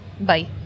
Bye